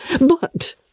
But